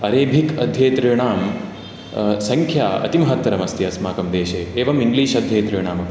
Arabic अध्येतॄणां संख्या अतिमहत्तरम् अस्ति अस्माकं देशे एवम् इङ्ग्लीष् अध्येतॄणामपि